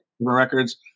records